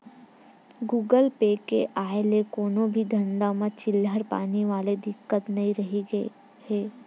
Google Pay के आय ले कोनो भी धंधा म चिल्हर पानी वाले दिक्कत नइ रहिगे हे